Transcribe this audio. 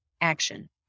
action